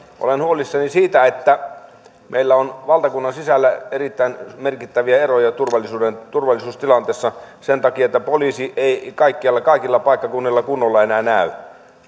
olen huolissani siitä että meillä on valtakunnan sisällä erittäin merkittäviä eroja turvallisuustilanteessa sen takia että poliisi ei kaikkialla kaikilla paikkakunnilla kunnolla enää näy